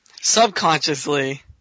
Subconsciously